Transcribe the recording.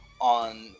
on